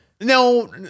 No